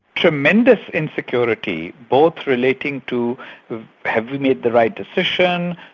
tremendous insecurity both relating to have we made the right decision,